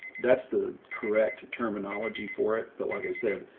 that's the correct terminology for it. but like i said,